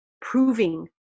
proving